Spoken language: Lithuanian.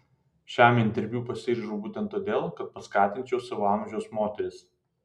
šiam interviu pasiryžau būtent todėl kad paskatinčiau savo amžiaus moteris